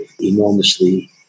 enormously